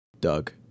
Doug